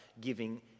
giving